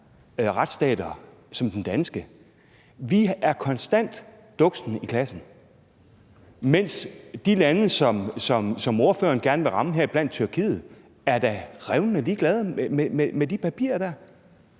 retsstater som den danske, konstant er duksen i klassen, mens de lande, som ordføreren gerne vil ramme, heriblandt Tyrkiet, da er revnende ligeglade med de der papirer.